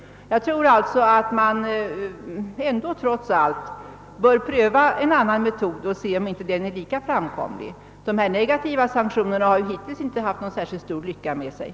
Jag tror alltså att man trots allt bör pröva en annan metod och se om inte den är lika användbar. De negativa sanktionerna har ju hittills inte lett till särskilt lyckliga resultat.